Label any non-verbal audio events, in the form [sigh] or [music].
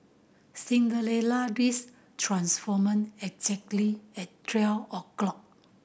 Cinderella [unintelligible] transformant exactly at twelve o'clock